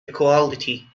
equality